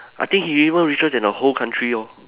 I think he even richer than the whole country lor